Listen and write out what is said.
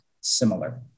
similar